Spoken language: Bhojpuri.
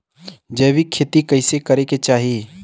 जैविक खेती कइसे करे के चाही?